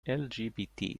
lgbt